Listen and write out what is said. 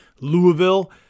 Louisville